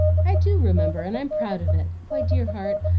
i do remember, and i'm proud of it! why, dear heart,